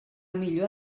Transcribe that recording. millor